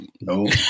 no